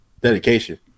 dedication